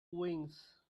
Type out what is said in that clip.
wings